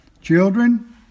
Children